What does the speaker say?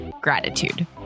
gratitude